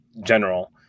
general